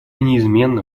неизменно